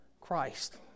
Christ